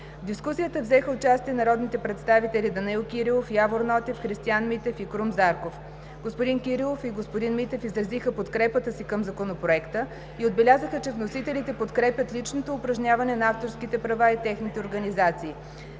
дискусията взеха участие народните представители Данаил Кирилов, Явор Нотев, Христиан Митев и Крум Зарков. Господин Кирилов и господин Митев изразиха подкрепата си към Законопроекта и отбелязаха, че вносителите подкрепят личното упражняване на авторските права и техните организации.